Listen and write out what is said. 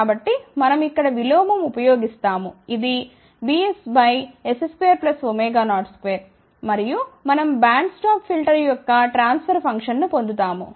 కాబట్టి మనం ఇక్కడ విలోమం ఉపయోగిస్తాము ఇది Bss202 మరియు మనం బ్యాండ్ స్టాప్ ఫిల్టర్ యొక్క ట్రాన్స్ఫర్ ఫంక్షన్ను పొందు తాము